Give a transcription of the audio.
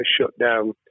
shutdown